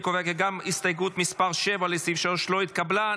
אני קובע כי גם הסתייגות 7 לסעיף 3 לא התקבלה.